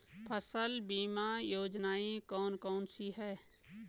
फसल बीमा योजनाएँ कौन कौनसी हैं?